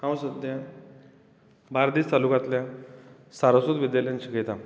हांव सद्याक बार्देस तालुकांतल्या सारस्वत विद्यालयांत शिकयतां